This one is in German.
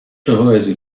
verweise